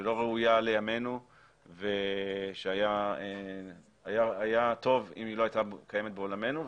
שלא ראויה לימינו ושהיה טוב אם היא לא הייתה קיימת בעולמנו.